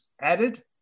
added